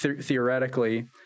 theoretically